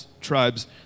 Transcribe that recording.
tribes